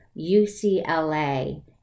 UCLA